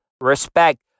respect